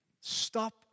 stop